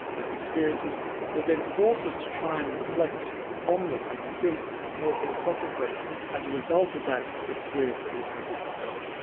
experiences that then force us to try and reflect on them and to think more philosophically as a result of that experience that we've had with the film.